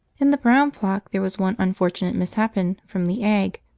in the brown flock there was one unfortunate, misshapen from the egg,